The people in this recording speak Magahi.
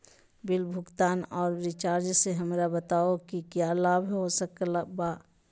बिल भुगतान और रिचार्ज से हमरा बताओ कि क्या लाभ हो सकल बा?